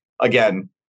again